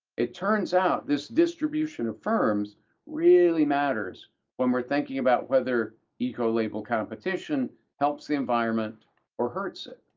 it turns out, this distribution of firms really matters when we're thinking about whether ecolabel competition helps the environment or hurts it.